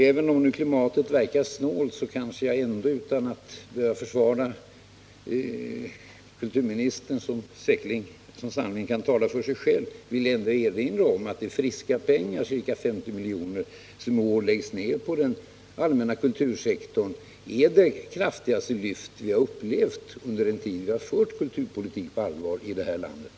Även om klimatet nu verkar snålt kan jag ändå utan att behöva försvara kulturministern — som sannerligen kan tala för sig själv — erinra om att de friska pengar, ca 50 miljoner, som i år läggs på den allmänna kultursektorn, utgör den kraftigaste förstärkning från ett år till ett annat som vi har upplevt under den tid vi haft kulturpolitik i det här landet.